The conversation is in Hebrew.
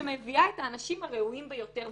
שמביאה את האנשים הראויים ביותר,